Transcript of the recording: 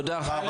תודה רבה